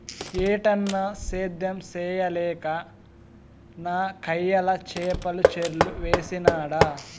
ఏటన్నా, సేద్యం చేయలేక నాకయ్యల చేపల చెర్లు వేసినాడ